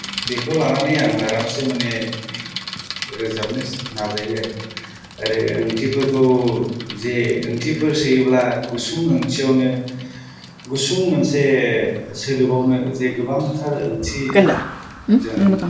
बेखौ लानानै आं आरामसे माने रोजाबनो नाजायो आरो आरो ओंथिफोरखौ जे ओंथिफोर सोयोब्ला गुसुं ओंथियावनो गुसुं मोनसे सोदोबावनो जे गोबांथार ओंथि जों